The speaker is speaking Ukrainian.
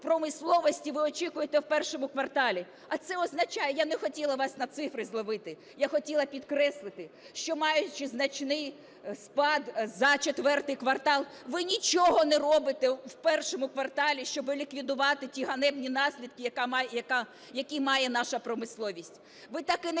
ви очікуєте в першому кварталі. А це означає, я не хотіла вас на цифри зловити, я хотіла підкреслити, що, маючи значний спад за четвертий квартал, ви нічого не робите в першому кварталі, щоби ліквідувати ті ганебні наслідки, які має наша промисловість.